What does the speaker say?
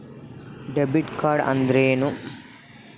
Debit card ಅಂದ್ರೇನು?